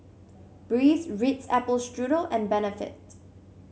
Breeze Ritz Apple Strudel and Benefit